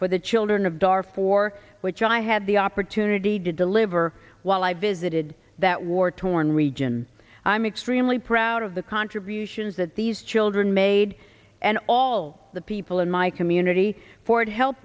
for the children of dar for which i had the opportunity to deliver while i visited that war torn region i'm extremely proud of the contributions that these children made and all the people in my community for to help